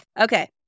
Okay